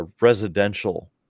residential